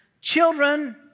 children